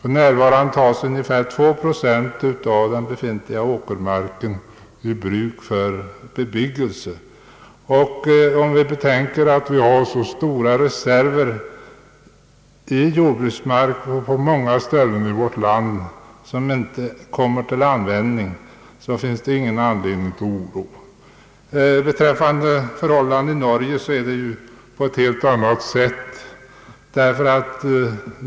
För närvarande är ungefär 2 procent av den befintliga åkermarken tagen i bruk för bebyggelse. Om vi därtill betänker att vi har stora reserver i jordbruksmark i vårt land som nu inte kommer till användning, så finns det ingen anledning till oro. I Norge är förhållandena helt annorlunda.